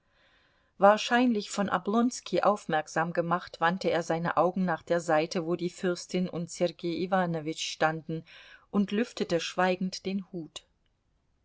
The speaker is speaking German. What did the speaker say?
wahrscheinlich von oblonski aufmerksam gemacht wandte er seine augen nach der seite wo die fürstin und sergei iwanowitsch standen und lüftete schweigend den hut